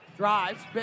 Drives